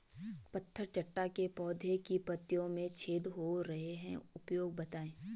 पत्थर चट्टा के पौधें की पत्तियों में छेद हो रहे हैं उपाय बताएं?